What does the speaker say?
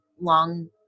long